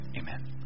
amen